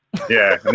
yeah,